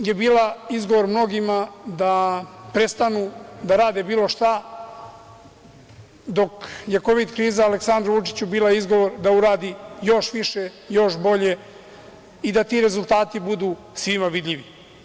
Kovid kriza je bila izgovor mnogima da prestanu da rade bilo šta, dok je kovid kriza Aleksandru Vučiću bila izgovor da uradi još više, još bolje i da ti rezultati budu svima vidljivi.